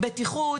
בטיחות,